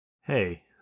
Hey